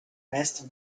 mestre